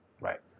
Right